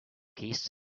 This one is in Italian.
kiss